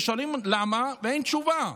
ושואלים למה, ואין תשובה.